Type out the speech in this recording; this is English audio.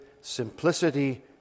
simplicity